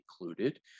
included